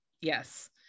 yes